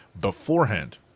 beforehand